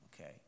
Okay